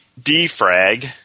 Defrag